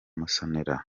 musonera